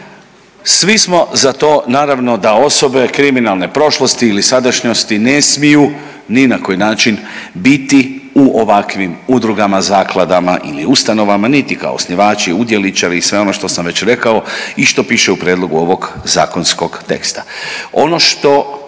Svi smo za to naravno da osobe kriminalne prošlosti ili sadašnjosti ne smiju ni na koji način biti u ovakvim udrugama, zakladama ili ustanovama, niti kao osnivači, udjeličari i sve ono što sam već rekao i što piše u prijedlogu ovog zakonskog teksta.